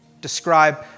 Describe